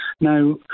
Now